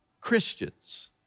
Christians